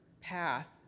path